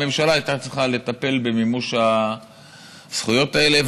הממשלה הייתה צריכה לטפל במימוש הזכויות האלה.